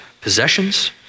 possessions